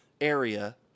area